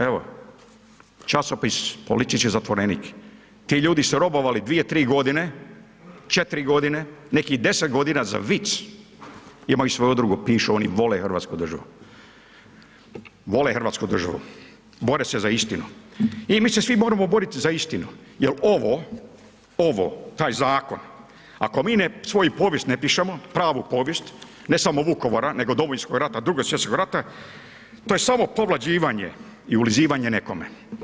Evo, časopis „Politički zatvorenik“, ti ljudi su robovali 2-3.g., 4.g., neki 10.g. za vic, imaju svoju udrugu, pišu, oni vole hrvatsku državu, vole hrvatsku državu, bore se za istinu i mi se svi moramo borit za istinu jel ovo, ovo, taj zakon, ako mi svoju povijest ne pišemo, pravu povijest, ne samo Vukovara, nego Domovinskog rata i Drugog svjetskog rata, to je samo povlađivanje i ulizivanje nekome.